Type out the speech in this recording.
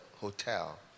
hotel